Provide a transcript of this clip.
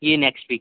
یہ next week